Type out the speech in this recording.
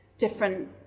different